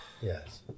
Yes